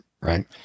right